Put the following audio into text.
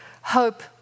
hope